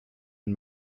den